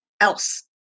else